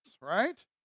right